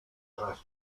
tras